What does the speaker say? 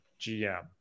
GM